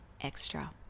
extra